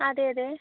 അതെ അതെ